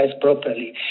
properly